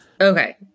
Okay